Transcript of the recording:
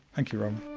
thank you robyn.